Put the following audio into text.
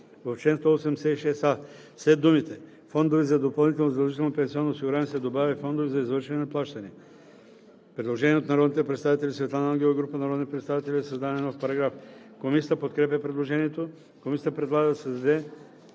В чл. 186а след думите „фондове за допълнително задължително пенсионно осигуряване“ се добавя „и фондове за извършване на плащания“.“ Предложение от народния представител Светлана Ангелова и група народни представители за създаване на нов параграф. Комисията подкрепя предложението. Комисията предлага да се създаде